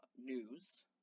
news